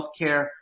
healthcare